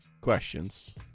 questions